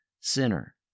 sinner